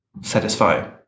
satisfy